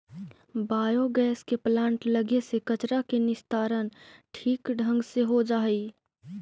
biogas के plant लगे से कचरा के निस्तारण ठीक ढंग से हो जा हई